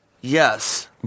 Yes